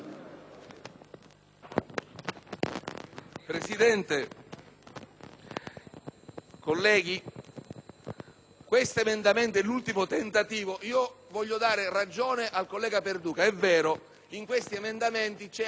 Presidente, colleghi, l'emendamento 1.122 è l'ultimo tentativo. Voglio dare ragione al collega Perduca: è vero, in questi emendamenti c'è anche il tentativo